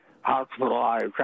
hospitalized